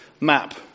map